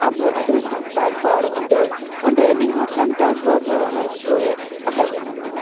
ᱟᱵᱚ ᱟᱹᱰᱤ ᱥᱟᱱᱛᱟᱲ ᱦᱚᱲ ᱚᱸᱰᱮ ᱚᱸᱰᱮ ᱟᱹᱰᱤ ᱦᱚᱲ ᱥᱟᱱᱛᱟᱲ ᱦᱚᱲ ᱦᱚᱸ ᱚᱱᱟ ᱤᱥᱨᱳ ᱨᱮ ᱛᱟᱦᱮᱸᱜ ᱞᱮᱱᱟ ᱠᱚ